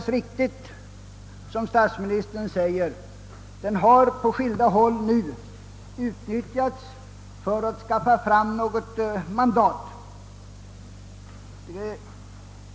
Statsministern framhöll, att denna metod på skilda håll har utnyttjats för att skaffa fram något mandat.